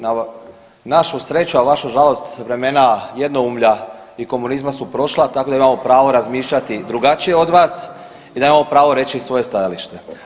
Na našu sreću, a vašu žalost vremena jednoumlja i komunizma su prošla, tako da imamo pravo razmišljati drugačije od vas i da imamo pravo reći svoje stajalište.